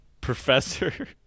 professor